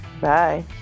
Bye